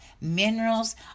minerals